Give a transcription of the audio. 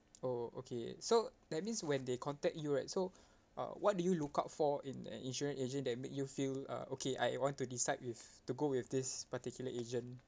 oh okay so that means when they contact you right so uh what do you look out for in an insurance agent that make you feel ah okay I want to decide with to go with this particular agent